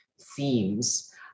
themes